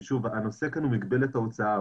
שוב, הנושא כאן הוא מגבלת ההוצאה.